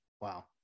Wow